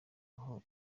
aho